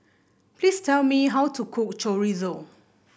please tell me how to cook Chorizo